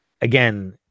again